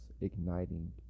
igniting